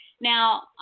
Now